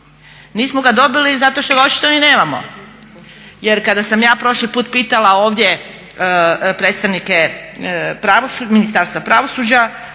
nismo ga dobili zato što ga očito ni nemamo. Jer kada sam ja prošli put pitala ovdje predstavnike pravosuđa,